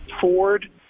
Ford